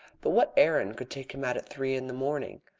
but what errand could take him out at three in the morning?